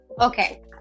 Okay